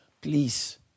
please